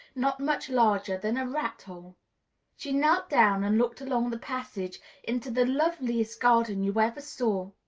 not much larger than a rat-hole she knelt down and looked along the passage into the loveliest garden you ever saw.